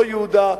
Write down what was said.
לא יהודה,